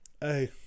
Hey